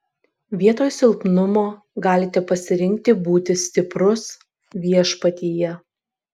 vietoj silpnumo galite pasirinkti būti stiprus viešpatyje